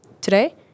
today